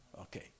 Okay